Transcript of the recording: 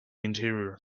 interior